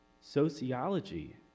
Sociology